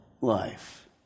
life